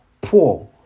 poor